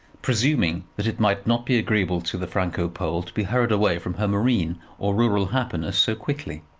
presuming that it might not be agreeable to the franco-pole to be hurried away from her marine or rural happiness so quickly.